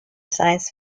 science